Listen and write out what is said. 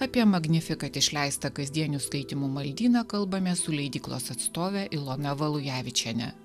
apie magnificat išleistą kasdienių skaitymų maldyną kalbamės su leidyklos atstove ilona valujevičienė